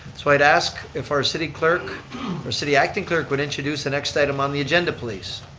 so i'd ask if our city clerk or city acting clerk would introduce the next item on the agenda, please.